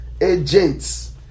agents